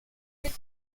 mit